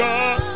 God